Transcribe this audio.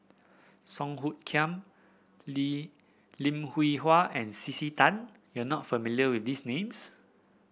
Song Hoot Kiam Li Lim Hwee Hua and C C Tan you are not familiar with these names